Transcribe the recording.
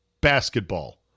basketball